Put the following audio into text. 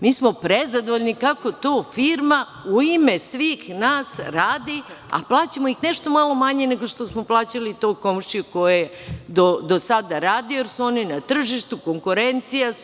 Mi smo prezadovoljni kako to firma u ime svih nas radi, a plaćamo ih nešto malo manje nego što smo plaćali tog komšiju koji je do sada radio, jer su oni na tržištu konkurencija su.